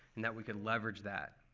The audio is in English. and that we could leverage that.